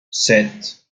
sept